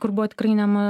kur buvo tikrai nema